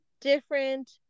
different